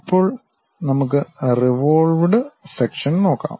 ഇപ്പോൾ നമുക്ക് revolved section നോക്കാം